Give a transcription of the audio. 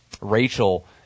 Rachel